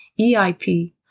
EIP